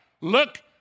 Look